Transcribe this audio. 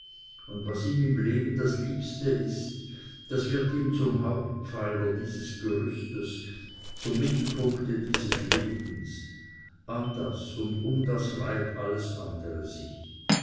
und was ihm im leben das liebste ist das wird ihm zum hauptpfeiler dieses gerüstes zum mittelpunkte dieses lebens an das und um das reiht alles andere sich